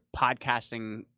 podcasting